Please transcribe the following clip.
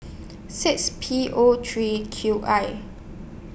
six P O three Q I